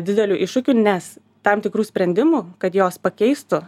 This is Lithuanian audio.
dideliu iššūkiu nes tam tikrų sprendimų kad jos pakeistų